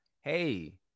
Hey